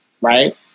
right